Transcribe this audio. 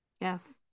Yes